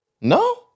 No